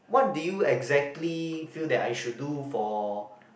what do you exactly feel that I should do for